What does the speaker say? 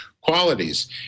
qualities